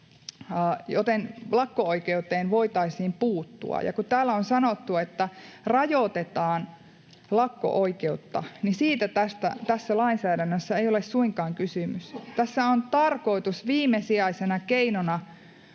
lakko-oikeuteen voitaisiin puuttua. Ja kun täällä on sanottu, että rajoitetaan lakko-oikeutta, niin siitä tässä lainsäädännössä ei ole suinkaan kysymys. Tässä on tarkoitus viimesijaisena keinona